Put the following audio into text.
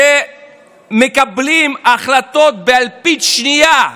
שמקבלים החלטות באלפית שנייה,